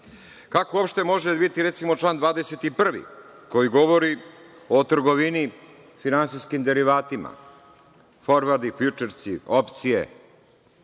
Kako uopšte može biti, recimo, član 21, koji govori o trgovini finansijskim derivatima – forvordi, fjučersi,